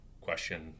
question